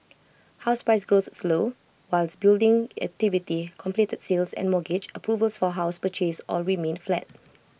house price growth slowed whilst building activity completed sales and mortgage approvals for house purchase all remained flat